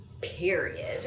period